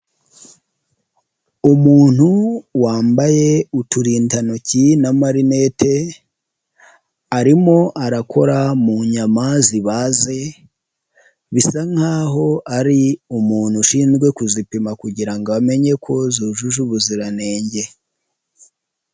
Umuntu wambaye uturindantoki na marinete, arimo arakora mu nyama zibaze, bisa nk'aho ari umuntu ushinzwe kuzipima kugira ngo amenye ko zujuje ubuziranenge.